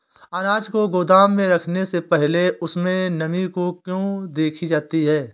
अनाज को गोदाम में रखने से पहले उसमें नमी को क्यो देखी जाती है?